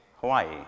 Hawaii